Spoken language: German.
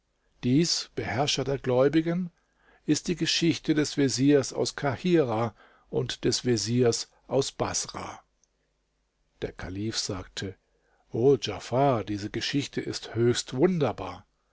dies beherrscher der gläubigen ist die geschichte des veziers aus kahirah und des veziers aus baßrah der kalif sagte o djafar diese geschichte ist höchst wunderbar